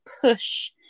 push